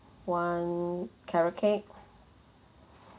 one carrot cake